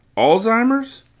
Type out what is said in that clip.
Alzheimer's